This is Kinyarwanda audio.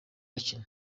bakina